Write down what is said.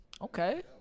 Okay